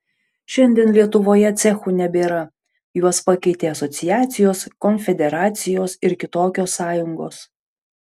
šiandien lietuvoje cechų nebėra juos pakeitė asociacijos konfederacijos ir kitokios sąjungos